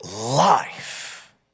life